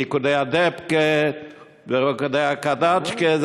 ריקודי הדבקה וריקודי הקדצ'קה,